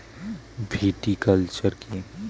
Viticulture কী?